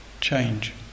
Change